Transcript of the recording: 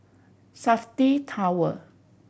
Safti Tower